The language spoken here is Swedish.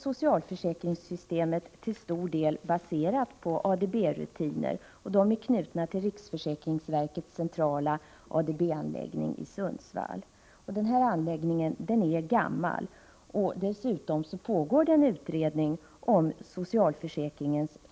Socialförsäkringssystemet är till ganska stor del baserat på ADB-rutiner, som är knutna till riksförsäkringsverkets centrala ADB-anläggning i Sundsvall. Den anläggningen är gammal, och dessutom pågår en utredning om det framtida ADB-systemet för socialförsäkringen.